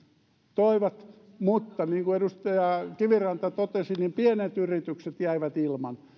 toivat mutta niin kuin edustaja kiviranta totesi pienet yritykset jäivät ilman